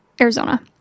Arizona